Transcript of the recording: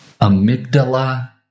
Amygdala